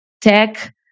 tech